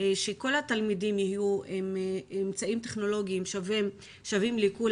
שכל התלמידים יהיו עם אמצעים טכנולוגיים שווים לכולם.